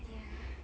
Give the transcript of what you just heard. ya